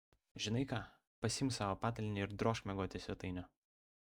žinai ką pasiimk savo patalynę ir drožk miegoti į svetainę